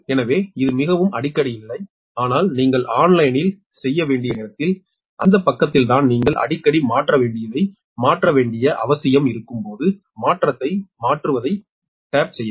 எனவே இது மிகவும் அடிக்கடி இல்லை ஆனால் நீங்கள் ஆன்லைனில் செய்ய வேண்டிய நேரத்தில் அந்த பக்கத்தில்தான் நீங்கள் அடிக்கடி மாற்ற வேண்டியதை மாற்ற வேண்டிய அவசியம் இருக்கும்போது மாற்றத்தை மாற்றுவதைத் தட்டவும்